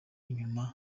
inyuma